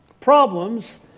problems